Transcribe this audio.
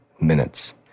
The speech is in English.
minutes